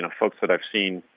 and folks that i've seen,